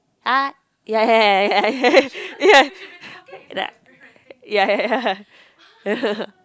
what yeah yeah yeah yeah yeah yeah yeah like yeah yeah yeah yeah